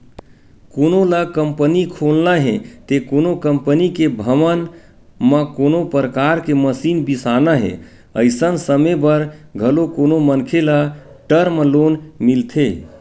कोनो ल कंपनी खोलना हे ते कोनो कंपनी के भवन म कोनो परकार के मसीन बिसाना हे अइसन समे बर घलो कोनो मनखे ल टर्म लोन मिलथे